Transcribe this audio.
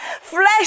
flesh